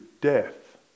death